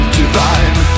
divine